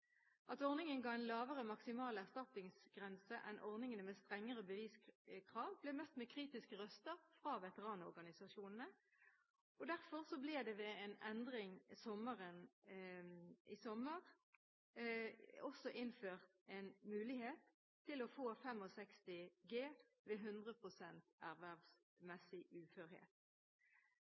At ordningen ga en lavere maksimal erstatningsgrense enn ordningene med strengere beviskrav, ble møtt med kritiske røster fra veteranorganisasjonene. Derfor ble det ved en endring i sommer også innført en mulighet til å få 65 G ved 100 pst. ervervsmessig uførhet.